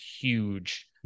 huge